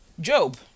Job